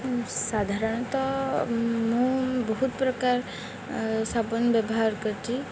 ସାଧାରଣତଃ ମୁଁ ବହୁତ ପ୍ରକାର ସାବୁନ ବ୍ୟବହାର କରିଛି